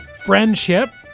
friendship